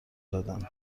دادند